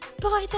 Boy